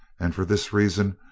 and for this reason,